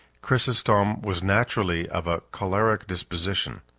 chrysostom was naturally of a choleric disposition.